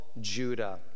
Judah